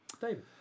David